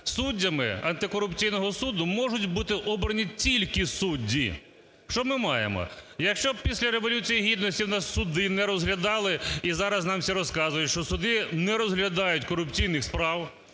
суддями антикорупційного суду можуть бути обрані тільки судді. Що ми маємо? Якщо після Революції Гідності у нас суди не розглядали, і зараз нам всі розказують, що суди не розглядають корупційних справ,